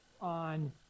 on